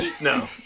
No